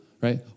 Right